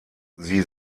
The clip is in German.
sie